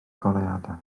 goleuadau